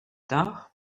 tard